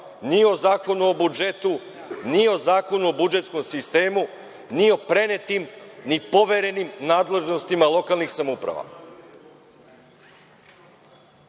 ni o Zakonu o budžetu, ni o Zakonu o budžetskom sistemu, ni o prenetim, ni poverenim nadležnostima lokalnih samouprava. Koliko